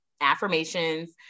affirmations